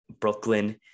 Brooklyn